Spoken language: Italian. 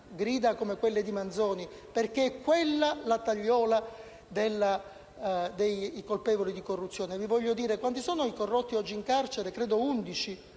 gride, come quelle di Manzoni, perché è quella la tagliola per i colpevoli di corruzione. Quanti sono i corrotti oggi in carcere? Credo 11